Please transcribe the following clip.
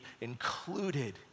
included